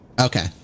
Okay